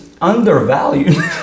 undervalued